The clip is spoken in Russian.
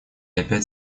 опять